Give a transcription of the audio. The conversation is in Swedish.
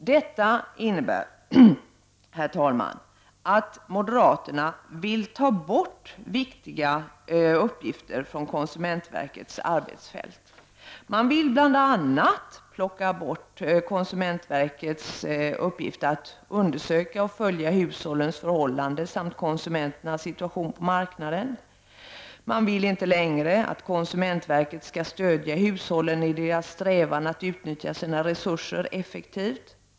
Det innebär, herr talman, att moderaterna vill ta bort viktiga uppgifter från konsumentverket. Man vill bl.a. plocka bort konsumentverkets uppgift att undersöka och följa hushållens förhållanden samt konsumenternas situation på marknaden. Man vill inte längre att konsumentverket skall stödja hushållen i deras strävan att utnyttja sina resurser effektivt.